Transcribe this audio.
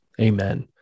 Amen